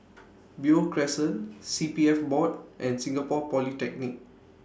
Beo Crescent C P F Board and Singapore Polytechnic